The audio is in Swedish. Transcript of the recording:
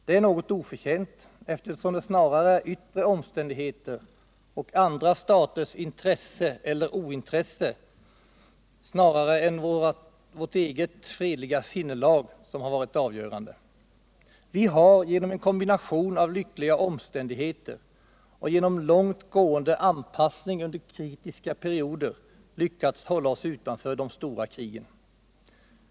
Det är något oförtjänt, eftersom det snarare är yttre omständigheter och andra staters intresse eller ointresse än vårt eget fredliga sinnelag som varit avgörande. Vi har genom en kombination av lyckliga omständigheter och genom långt gående anpassning under kritiska perioder lyckats hålla oss utanför de stora krigen.